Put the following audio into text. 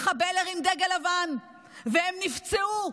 מחבל הרים דגל לבן והם נפצעו,